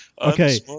okay